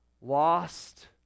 lost